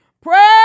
Pray